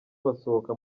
basohoka